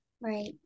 right